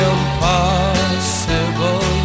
Impossible